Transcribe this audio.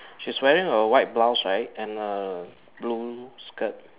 she's wearing a white blouse right and a blue skirt